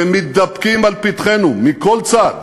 שמתדפקים על פתחנו מכל צד,